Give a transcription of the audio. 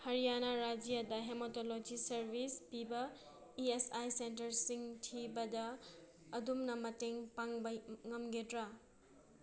ꯍꯔꯤꯌꯥꯅꯥ ꯔꯥꯏꯖ꯭ꯌꯗ hematology service ꯄꯤꯕ E S I C ꯁꯦꯟꯇꯔꯁꯤꯡ ꯊꯤꯕꯗ ꯑꯗꯣꯝꯅ ꯃꯇꯦꯡ ꯄꯥꯡꯕ ꯉꯝꯒꯗ꯭ꯔꯥ